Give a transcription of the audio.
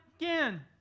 again